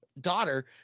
daughter